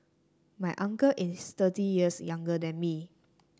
my uncle is thirty years younger than me